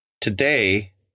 today